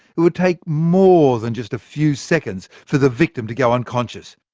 it would take more than just a few seconds for the victim to go unconscious.